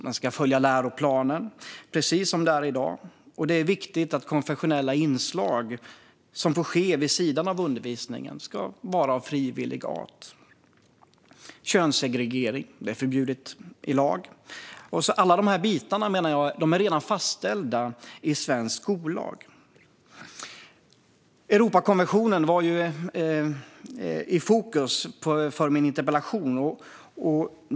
Den ska följa läroplanen, precis som det är i dag. Det är viktigt att konfessionella inslag som får ske vid sidan av undervisningen ska vara av frivillig art. Könssegregering är förbjudet i lag. Alla de bitarna, menar jag, är redan fastställda i svensk skollag. Europakonventionen var i fokus för min interpellation.